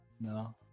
no